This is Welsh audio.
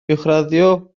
uwchraddio